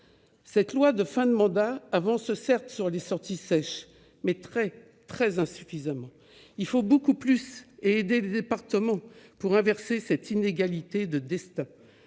ce texte de fin de mandat avance sur les sorties sèches, mais très- très -insuffisamment. Il faut faire beaucoup plus et aider les départements pour mettre fin à cette inégalité de destin,